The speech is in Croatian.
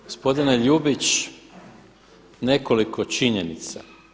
Gospodine Ljubić, nekoliko činjenica.